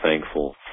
thankful